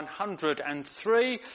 103